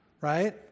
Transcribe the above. Right